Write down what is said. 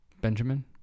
Benjamin